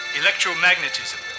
electromagnetism